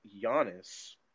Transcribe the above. Giannis